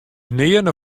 nearne